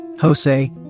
Jose